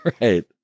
right